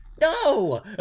no